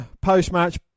Post-match